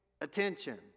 attention